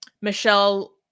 Michelle